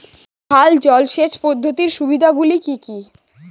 খাল জলসেচ পদ্ধতির সুবিধাগুলি কি কি?